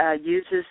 uses